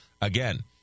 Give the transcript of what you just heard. Again